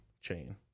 chain